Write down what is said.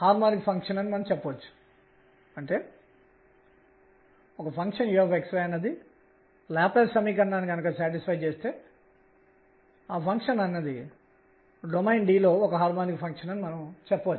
ఇది z component కనుక ఇది ఋణాత్మక లేదా ధనాత్మక విలువలను రెండింటినీ తీసుకోవచ్చు